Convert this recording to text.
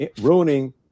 ruining